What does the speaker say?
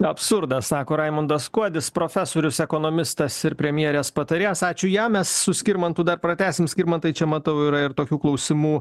absurdas sako raimundas kuodis profesorius ekonomistas ir premjerės patarėjas ačiū jam mes su skirmantu dar pratęsime skirmantai čia matau yra ir tokių klausimų